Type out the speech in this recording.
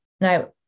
now